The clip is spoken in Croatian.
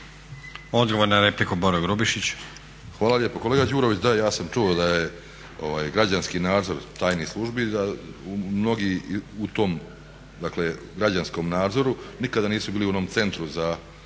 Grubišić. **Grubišić, Boro (HDSSB)** Hvala lijepo. Kolega Đurović, da ja sam čuo da je građanski nadzor tajnih službi da mnogi u tom, dakle građanskom nadzoru nikada nisu bili u onom centru za